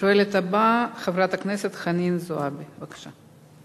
השואלת הבאה, חברת הכנסת חנין זועבי, בבקשה.